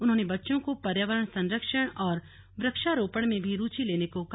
उन्होंने बच्चों को पर्यावरण संरक्षण और वृक्षारोपण में भी रूचि लेने को कहा